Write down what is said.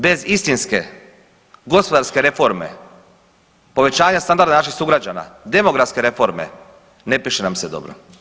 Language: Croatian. Bez istinske gospodarske reforme, povećanja standarda naših sugrađana, demografske reforme ne piše nam se dobro.